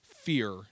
fear